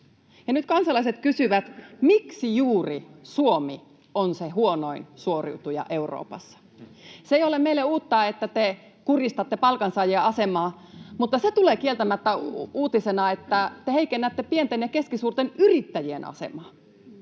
Nyt kansalaiset kysyvät, miksi juuri Suomi on se huonoin suoriutuja Euroopassa. Se ei ole meille uutta, että te kurjistatte palkansaajien asemaa, mutta se tulee kieltämättä uutisena, että te heikennätte pienten ja keskisuurten yrittäjien asemaa: